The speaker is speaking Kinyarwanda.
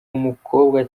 umukobwa